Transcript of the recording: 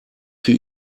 für